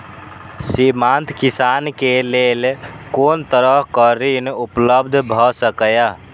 सीमांत किसान के लेल कोन तरहक ऋण उपलब्ध भ सकेया?